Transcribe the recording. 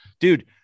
dude